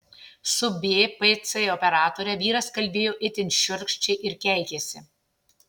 su bpc operatore vyras kalbėjo itin šiurkščiai ir keikėsi